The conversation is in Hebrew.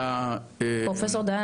פרופסור דהן,